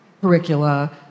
curricula